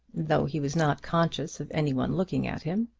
though he was not conscious of any one looking at him.